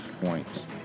points